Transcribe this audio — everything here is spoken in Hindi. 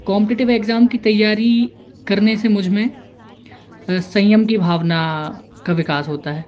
कॉम्पिटिटिव एक्जाम की तैयारी करने से मुझमें संयम की भावना का विकास होता है